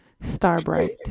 Starbright